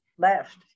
Left